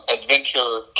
adventure